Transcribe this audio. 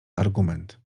argument